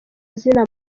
zina